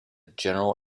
general